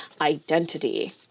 identity